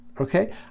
Okay